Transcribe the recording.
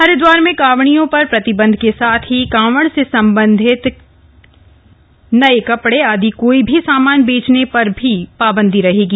हरिदवार में कांवड़ियों पर प्रतिबन्ध के साथ ही कांवड़ से सम्बंधित केनए कपड़े आदि कोई भी सामान बेचने पर भी पाबन्दी रहेगी